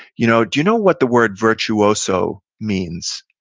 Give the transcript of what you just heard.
you know do you know what the word virtuoso means?